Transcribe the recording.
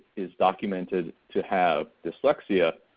is documented to have dyslexia?